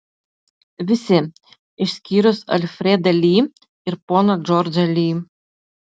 visi išskyrus alfredą li ir poną džordžą li